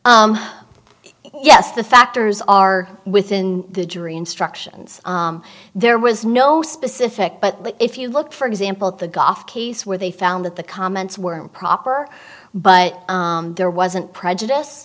k yes the factors are within the jury instructions there was no specific but if you look for example at the golf case where they found that the comments were improper but there wasn't prejudice